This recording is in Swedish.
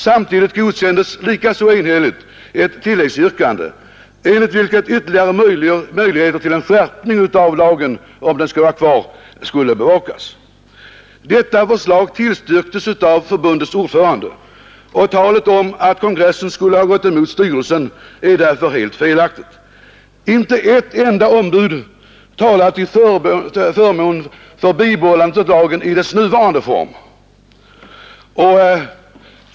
Samtidigt godkändes, likaså enhälligt, ett tilläggsyrkande, enligt vilket ytterligare möjligheter till en skärpning av lagen om den skulle bibehållas skall bevakas. Detta förslag tillstyrktes av förbundets ordförande. Talet om att kongressen skulle ha gått emot styrelsen är därför helt felaktigt. Inte ett enda ombud talade till förmån för bibehållande av lagen i dess nuvarande form.